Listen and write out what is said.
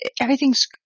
everything's